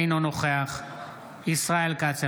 אינו נוכח ישראל כץ,